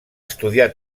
estudiar